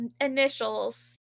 initials